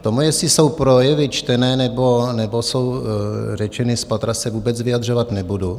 K tomu, jestli jsou projevy čtené, nebo jsou řečeny z patra, se vůbec vyjadřovat nebudu.